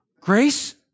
Grace